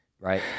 right